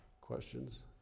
Questions